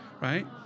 right